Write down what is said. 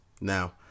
now